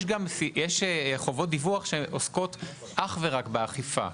ישנן חובות דיווח שעוסקות אך ורק באכיפה,